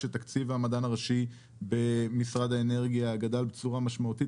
תקציב המדען הראשי במשרד האנרגיה גדל בצורה משמעותית,